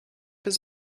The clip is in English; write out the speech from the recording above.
his